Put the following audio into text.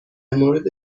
مورد